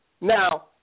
Now